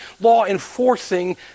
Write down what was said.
law-enforcing